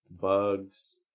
bugs